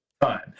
time